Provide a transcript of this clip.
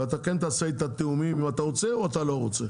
ואתה כן תעשה איתה תיאומים גם אם אתה רוצה וגם אם אתה לא רוצה.